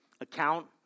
account